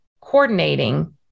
coordinating